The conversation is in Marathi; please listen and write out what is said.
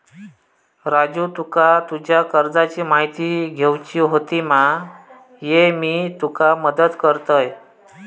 राजू तुका तुज्या कर्जाची म्हायती घेवची होती मा, ये मी तुका मदत करतय